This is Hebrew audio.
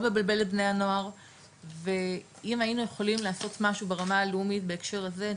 מבלבל את בני הנוער ואם היינו יכולים לעשות משהו ברמה הלאומית בהקשר הזה,